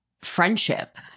friendship